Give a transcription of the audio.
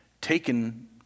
taken